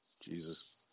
Jesus